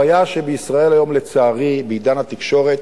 הבעיה שבישראל היום, לצערי, בעידן התקשורת,